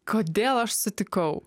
kodėl aš sutikau